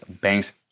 banks